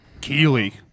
Keely